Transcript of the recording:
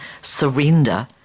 surrender